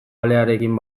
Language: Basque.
alearekin